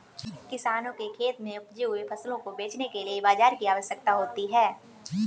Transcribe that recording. किसानों के खेत में उपजे हुए फसलों को बेचने के लिए बाजार की आवश्यकता होती है